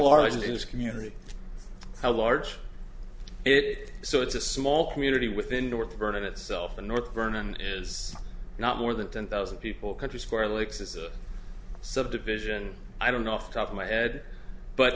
largest community how large it so it's a small community within north vernon itself the north vernon is not more than ten thousand people country square lexus subdivision i don't know off top of my head but